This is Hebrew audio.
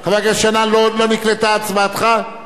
חבר הכנסת שנאן מודיע שהוא הצביע במקומו